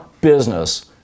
business